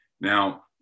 Now